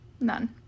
None